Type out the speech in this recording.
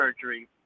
surgery